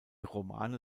romane